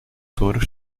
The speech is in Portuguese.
touro